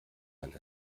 man